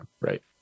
right